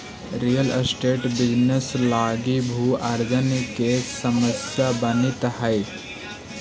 real estate business लगी भू अर्जन के समस्या बनित हई